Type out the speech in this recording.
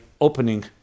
opening